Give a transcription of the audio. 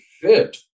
fit